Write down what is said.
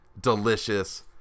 Delicious